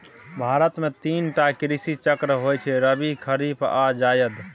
भारत मे तीन टा कृषि चक्र होइ छै रबी, खरीफ आ जाएद